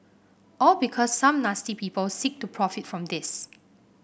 all because some nasty people seek to profit from this